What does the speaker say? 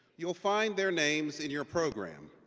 you will find their names in your program.